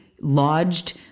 lodged